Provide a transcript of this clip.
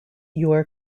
your